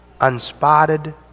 unspotted